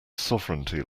sovereignty